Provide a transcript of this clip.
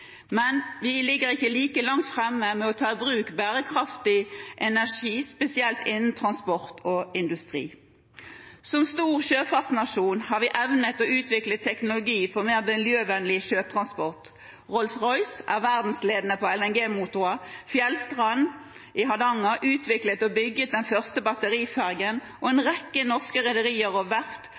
men vi er ikke like langt framme med å ta i bruk bærekraftig energi, spesielt innen transport og industri. Som stor sjøfartsnasjon har vi evnet å utvikle teknologi for mer miljøvennlig sjøtransport. Rolls-Royce er verdensledende på LNG-motorer, Fjellstrand i Hardanger utviklet og bygde den første batterifergen, og en rekke norske rederier og